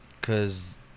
Cause